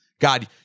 God